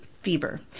fever